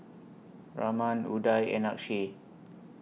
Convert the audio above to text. Raman Udai and Akshay